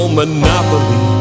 monopoly